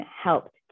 helped